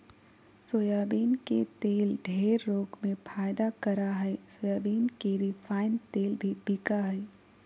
soybean के तेल ढेर रोग में फायदा करा हइ सोयाबीन के रिफाइन तेल भी बिका हइ